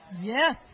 Yes